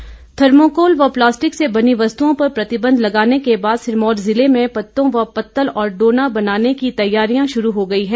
पत्तल थर्मोकॉल व प्लास्टिक से बनी वस्तुओं पर प्रतिबंध लगने के बाद सिरमौर जिले में पत्तों से पत्तल और डोना बनाने की तैयारियां शुरू हो गई हैं